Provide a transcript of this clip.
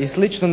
i slično